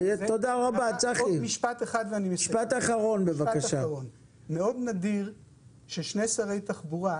נדיר מאוד ששני שרי תחבורה,